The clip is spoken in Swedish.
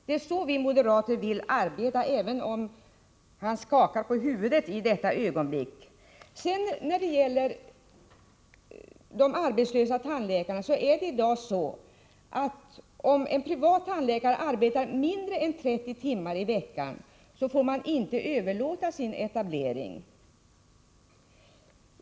Det är så vi moderater vill arbeta — även om socialministern skakar på huvudet i detta ögonblick. När det gäller de arbetslösa tandläkarna är det i dag så att en privat tandläkare som arbetar mindre än 30 timmar i veckan inte får överlåta sin etableringsrätt.